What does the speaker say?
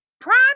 Prime